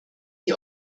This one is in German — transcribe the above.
die